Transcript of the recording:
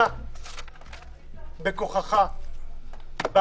אתה בכוחך בא